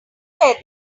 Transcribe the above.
where